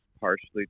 partially